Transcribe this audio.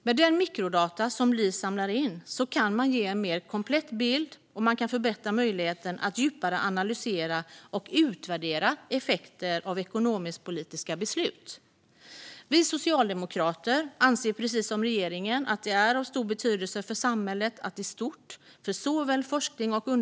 Med den mikrodata som LIS samlar in kan man ge en mer komplett bild och förbättra möjligheten att djupare analysera och utvärdera effekter av ekonomisk-politiska beslut. Vi socialdemokrater anser, precis som regeringen, att det är av stor betydelse för samhället i stort att kunna studera och analysera detta och inte minst använda det som grund när man fattar politiska beslut.